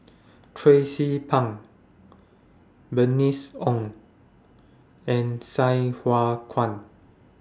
Tracie Pang Bernice Ong and Sai Hua Kuan